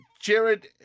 Jared